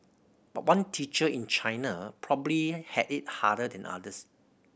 but one teacher in China probably had it harder than others